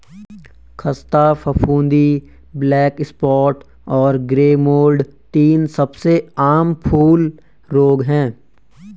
ख़स्ता फफूंदी, black spot और ग्रे मोल्ड तीन सबसे आम फूल रोग हैं